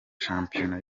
shampiyona